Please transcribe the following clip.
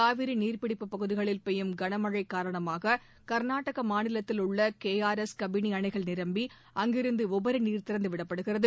காவிரி நீர்ப்பிடிப்பு பகுதிகளில் பெய்யும் கனமழை காரணமாக கர்நாடக மாநிலத்தில் உள்ள கே ஆர் எஸ் கபினி அணைகள் நிரம்பி அங்கிருந்து உபரி நீர் திறந்து விடப்படுகிறது